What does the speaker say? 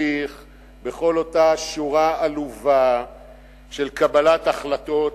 ואתה תמשיך בכל אותה שורה עלובה של קבלת החלטות,